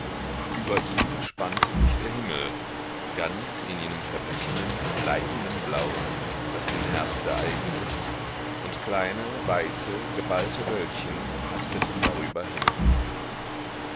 über ihm spannte sich der himmel ganz in jenem verblichenen leidenden blau das dem herbste eigen ist und kleine weiße geballte wölkchen hasteten darüber hin